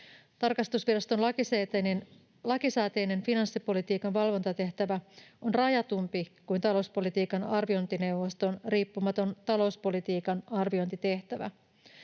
Tarkastusviraston lakisääteinen finanssipolitiikan valvontatehtävä on rajatumpi kuin talouspolitiikan arviointineuvoston riippumaton talouspolitiikan arviointitehtävä.